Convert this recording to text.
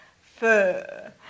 fur